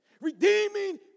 Redeeming